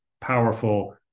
powerful